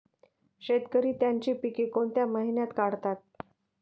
शेतकरी त्यांची पीके कोणत्या महिन्यात काढतात?